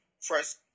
first